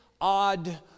odd